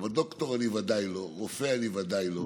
אבל דוקטור אני ודאי לא, רופא אני ודאי לא.